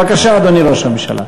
בבקשה, אדוני ראש הממשלה.